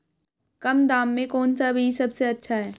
कम दाम में कौन सा बीज सबसे अच्छा है?